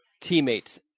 teammates